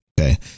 okay